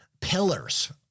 pillars